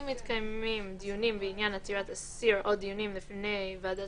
אם מתקיימים דיונים בעניין עתירת אסיר או דיונים לפני ועדת